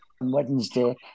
Wednesday